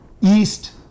east